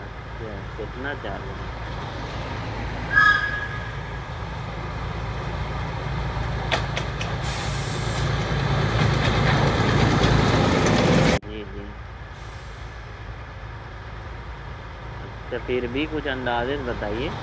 اچھا کتنا چارج ہے جی جی اچھا پھر بھی کچھ اندازے سے بتائیے